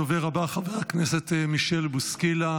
הדובר הבא, חבר הכנסת מישל בוסקילה.